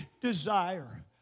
desire